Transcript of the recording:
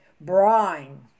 Brine